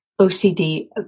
OCD